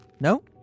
No